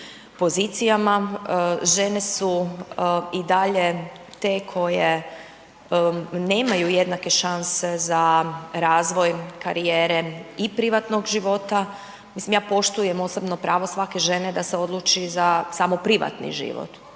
pozicijama, žene su i dalje te koje nemaju jednake šanse za razvoj karijere i privatnog života. Mislim ja poštujem osobno pravo svake žene da se odluči za samo privatni život